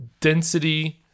density